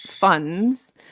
funds